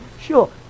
Sure